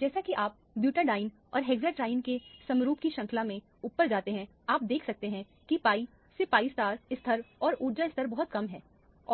जैसा कि आप ब्यूटैडीन के हेक्सात्रीन के समरूप की श्रृंखला में ऊपर जाते हैं आप देख सकते हैं कि pi सेpi स्तर और ऊर्जा स्तर बहुत कम है